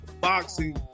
boxing